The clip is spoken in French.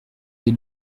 des